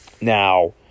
Now